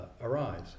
arise